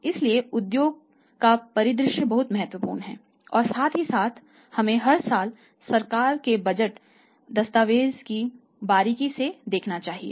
इसलिए उद्योग का परिदृश्य बहुत महत्वपूर्ण है और साथ ही साथ हमें हर साल सरकार के बजट दस्तावेज में बारीकी से देखना चाहिए